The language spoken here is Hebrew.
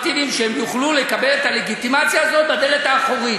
והקונסרבטיבים יוכלו לקבל את הלגיטימציה הזאת בדלת האחורית.